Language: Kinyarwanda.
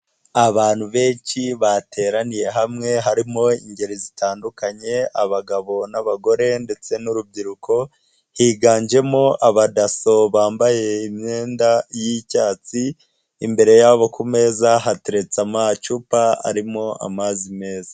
Abantu benshi bateraniye hamwe harimo ingeri zitandukanye abagabo n'abagore ndetse n'urubyiruko, higanjemo abadaso bambaye imyenda y'icyatsi, imbere yabo ku meza hateretse amacupa arimo amazi meza.